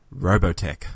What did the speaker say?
Robotech